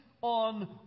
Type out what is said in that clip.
on